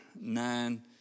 nine